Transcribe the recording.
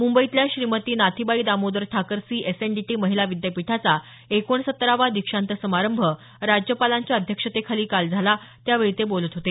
मुंबईतल्या श्रीमती नाथीबाई दामोदर ठाकरसी एसएनडीटी महिला विद्यापीठाचा एकोणसत्तरावा दीक्षांत समारंभ राज्यपालांच्या अध्यक्षतेखाली काल झाला त्यावेळी ते बोलत होते